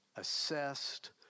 assessed